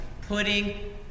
putting